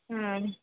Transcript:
हा